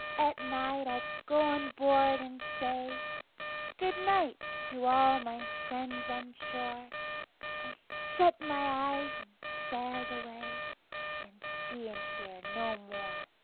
at night i go on board and say good-night to all my friends on shore i shut my eyes and sail away and see and hear no more.